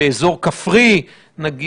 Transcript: ככל שהדבר דרוש ואפשרי (בחוק זה לגבי החולה נתוני